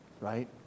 right